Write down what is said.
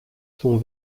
sont